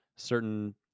certain